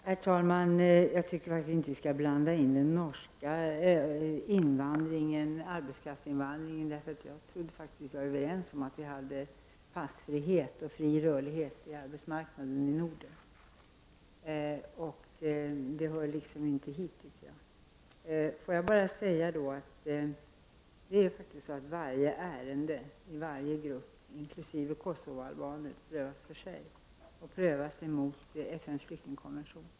Herr talman! Jag tycker faktiskt inte att vi skall blanda in den norska arbetskraftsinvandringen. Jag trodde nämligen att vi var överens om passfriheten och den fria rörligheten på arbetsmarknaden inom Norden. Den frågan hör inte hit. Får jag dock säga att varje ärende i varje grupp, inkl. Kosovaalbaner, bedöms för sig och prövas mot FN:s flyktingkonvention.